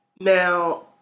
Now